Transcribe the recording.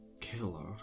killer